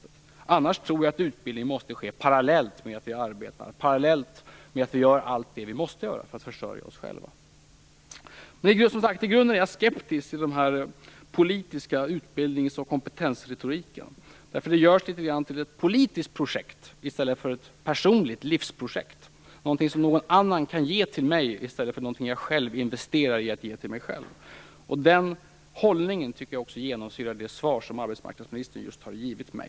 I annat fall tror jag att utbildning måste ske parallellt med att vi arbetar och gör allt det vi måste göra för att försörja oss själva. I grunden är jag skeptisk till den politiska utbildnings och kompetensretoriken. Utbildning görs till ett politiskt projekt i stället för ett personligt livsprojekt. Det blir något som någon annan skall ge till mig i stället för något jag investerar i för att ge mig själv. Den hållningen genomsyrar det svar som arbetsmarknadsministern just har givit mig.